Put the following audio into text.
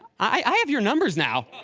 i have your numbers now!